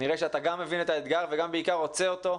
נראה שאתה גם מבין את הגם ובעיקר רוצה אותו,